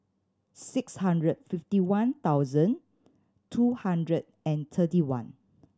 six hundred fifty one thousand two hundred and thirty one